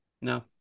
No